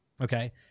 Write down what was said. Okay